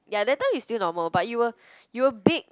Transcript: ya that time you still normal but you were you were big